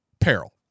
peril